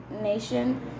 nation